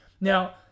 Now